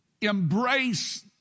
embrace